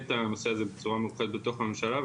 את הנושא הזה בצורה מיוחדת בתוך הממשלה.